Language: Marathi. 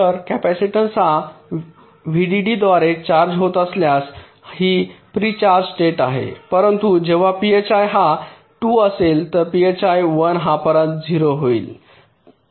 तर कॅपॅसिटन्स हा व्हीडीडीद्वारे चार्ज होत असल्यास ही प्री चार्ज स्टेट आहे परंतु जेव्हा phi हा 2 असेल तर phi 1 हा परत 0 होईल